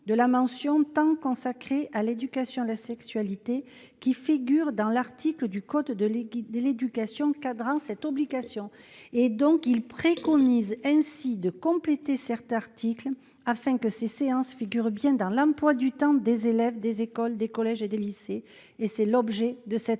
de la mention de « temps consacré à l'éducation à la sexualité » qui figure dans l'article du code de l'éducation cadrant cette obligation. Il préconise de compléter cet article afin que ces séances figurent bien dans l'emploi du temps des élèves des écoles, des collèges et des lycées. Quel est l'avis de la commission